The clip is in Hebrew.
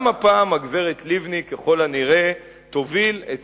גם הפעם הגברת לבני ככל הנראה תוביל את